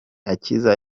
akiza